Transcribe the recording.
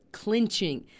clinching